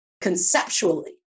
conceptually